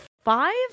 five